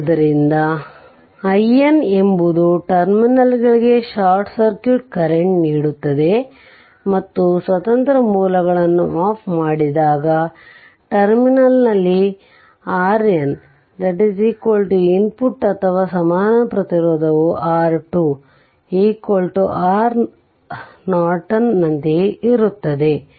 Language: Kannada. ಆದ್ದರಿಂದ iN ಎಂಬುದು ಟರ್ಮಿನಲ್ಗಳಿಗೆ ಶಾರ್ಟ್ ಸರ್ಕ್ಯೂಟ್ ಕರೆಂಟ್ ನೀಡುತ್ತದೆ ಮತ್ತು ಸ್ವತಂತ್ರ ಮೂಲಗಳನ್ನು ಆಫ್ ಮಾಡಿದಾಗ ಟರ್ಮಿನಲ್ನಲ್ಲಿ R n ಇನ್ಪುಟ್ ಅಥವಾ ಸಮಾನ ಪ್ರತಿರೋಧವು R2 R Norton ನಂತೆಯೇ ಇರುತ್ತದೆ